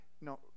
no